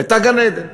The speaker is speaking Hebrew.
הייתה גן-עדן.